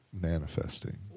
manifesting